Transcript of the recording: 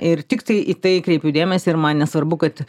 ir tiktai į tai kreipiu dėmesį ir man nesvarbu kad